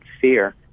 fear